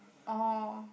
oh